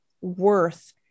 worth